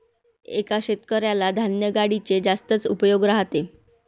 एका शेतकऱ्याला धान्य गाडीचे जास्तच उपयोग राहते